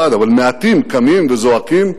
ומעטים קמים וזועקים,